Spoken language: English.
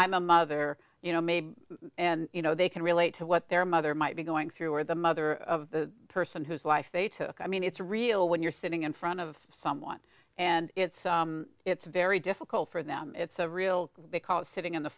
i'm a mother you know maybe and you know they can relate to what their mother might be going through or the mother of the person whose life they took i mean it's real when you're sitting in front of someone and it's it's very difficult for them it's a real because sitting in the